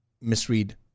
misread